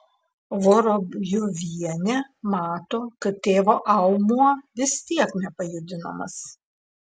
vorobjovienė mato kad tėvo aumuo vis tiek nepajudinamas